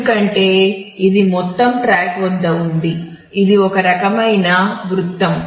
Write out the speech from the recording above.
ఎందుకంటే ఇది మొత్తం ట్రాక్ వద్ద ఉంది ఇది ఒక రకమైన వృత్తం